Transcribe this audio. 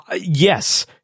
Yes